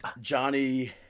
Johnny